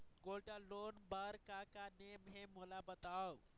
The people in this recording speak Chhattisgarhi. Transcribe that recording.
गोल्ड लोन बार का का नेम हे, मोला बताव?